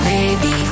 Baby